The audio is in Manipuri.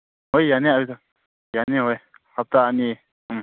ꯍꯣꯏ ꯌꯥꯏꯅꯦ ꯑꯗꯨꯁꯨ ꯌꯥꯅꯤ ꯍꯣꯏ ꯍꯞꯇꯥ ꯑꯅꯤ ꯎꯝ